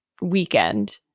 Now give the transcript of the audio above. weekend